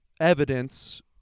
evidence